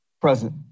Present